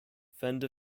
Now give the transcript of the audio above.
fender